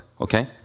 Okay